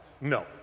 No